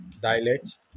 dialect